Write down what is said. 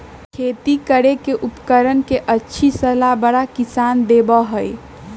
खेती करे के उपकरण के अच्छी सलाह बड़ा किसान देबा हई